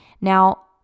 Now